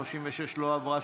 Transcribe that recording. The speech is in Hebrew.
הסתייגות 36 לא עברה.